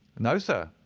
no, sir.